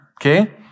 okay